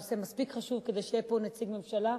הנושא מספיק חשוב כדי שיהיה פה נציג ממשלה,